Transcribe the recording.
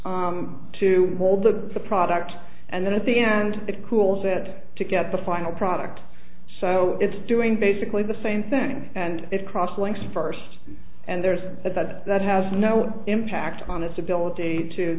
said to hold the product and then at the end it cools it to get the final product so it's doing basically the same thing and it cross links first and there's that that that has no impact on its ability to